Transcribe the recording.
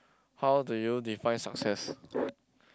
how do you define success